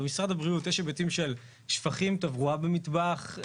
במשרד הבריאות יש היבטים של שפכים, תברואה במטבח,